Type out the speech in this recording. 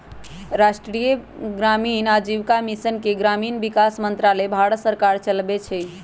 राष्ट्रीय ग्रामीण आजीविका मिशन के ग्रामीण विकास मंत्रालय भारत सरकार चलाबै छइ